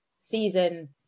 season